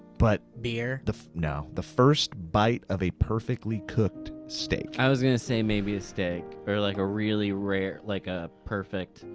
but beer? no. the first bite of a perfectly cooked steak. i was gonna say, maybe a steak. or like a really rare. like a perfect.